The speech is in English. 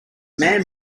man